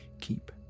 keep